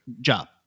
job